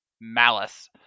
malice